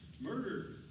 Murder